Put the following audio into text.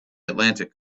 atlantic